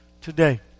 today